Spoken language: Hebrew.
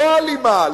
לא אלימה,